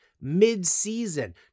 mid-season